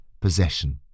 possession